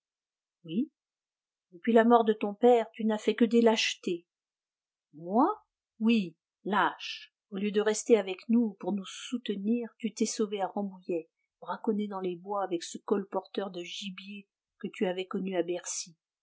depuis la mort de ton père tu n'as fait que des lâchetés moi oui lâche au lieu de rester avec nous pour nous soutenir tu t'es sauvé à rambouillet braconner dans les bois avec ce colporteur de gibier que tu avais connu à bercy